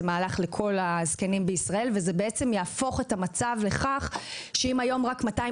זה יהפוך את המצב לכך שאם היום רק 250